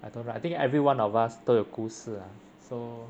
I know right I think everyone of us 都有故事 lah so